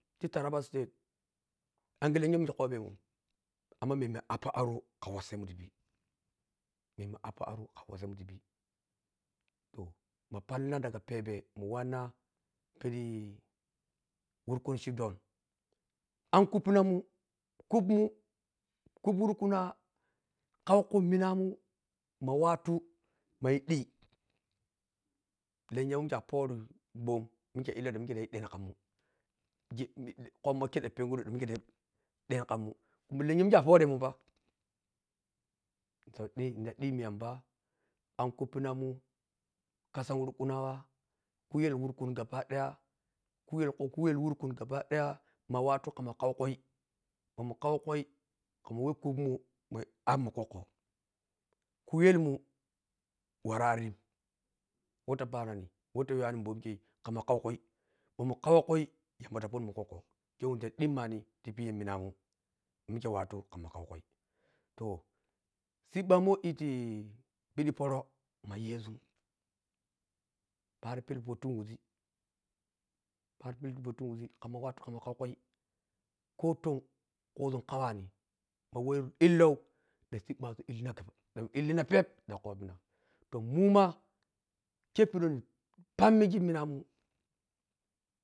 Ti taraba state ange tenya who mike kobemun amma memme appo aro ka wassemmum tipi memme appo aro ka wassemun tipi toh ma pallan daga pebe mu wanna pidi wurkun chiefdom ankuppinamun kupmum kup wurkunawa kauku wurkunawa ma watu mayi ɗhi lenya who mike a poromu ghoo illau ɗan mike toyi ɗen kamun ji kommo kei ɗan penguru ɗan mike yi ɗen kamun, mun lenya mike aporemun pa toh ɗhe nita ɗimmi yamba ankuppinanan kasan wurkunawa khuyel kurkun gabadaya khuyel khu khuyel wurkun gabadaya ma watu kama kaukuii maman kaku kui kamawhe kapmun mai abmun kokko ku yelmu wara ari rhim whe ta parima whe ta yiwani mbomin kei kamma kau kui ɓho mun kaukui yamba ta kyubemunn kokko khe who niita ɗimmani tipi yaminamun ma mike watu kamma kaukui toh siɓɓa mun whe ɗhiti pidi poro maye zun paro pili poton wisi pari pilli poton wizii kamma watti kamma kaukai ko ton kuzun kawani ma whei illou ɗan siɓɓazun illina ɗaga ɗan illina pep dan koɓina to muma khei pidi whe ni pammigi minamun.